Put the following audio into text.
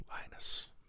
Linus